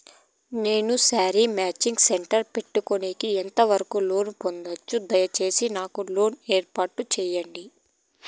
నేను sari matching centre పెట్టుకునేకి ఎంత వరకు లోను పొందొచ్చు? దయసేసి నాకు లోను ఏర్పాటు సేయండి?